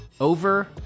over